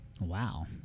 Wow